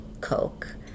Coke